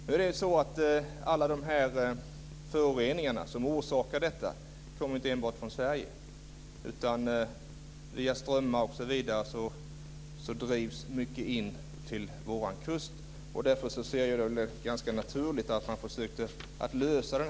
Nu är det så att de föroreningar som orsakar detta inte enbart kommer från Sverige, utan mycket drivs in till vår kust via strömmar, osv.